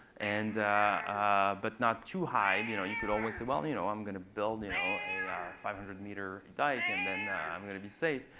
and ah but not too high. you know you could always say, well, you know i'm going to build you know a five hundred meter dike, and then i'm going to be safe.